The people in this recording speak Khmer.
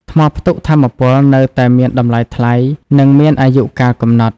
ថ្មផ្ទុកថាមពលនៅតែមានតម្លៃថ្លៃ និងមានអាយុកាលកំណត់។